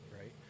right